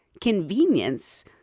convenience